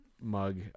mug